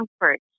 comfort